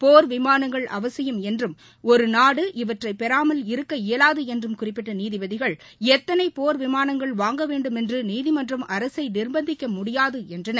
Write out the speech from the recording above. போர் விமானங்கள் அவசியம் என்றும் ஒரு நாடு இவற்றைப் பெறாமல் இருக்க இயலாது என்றும் குறிப்பிட்ட நீதிபதிகள் எத்தனை போர் விமானங்கள் வாங்க வேண்டுமென்று நீதிமன்றம் அரசை நிர்ப்பந்திக்க முடியாது என்றனர்